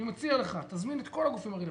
אני מציע לך, תזמין את כל הגופים הרלבנטיים.